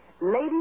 ladies